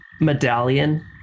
medallion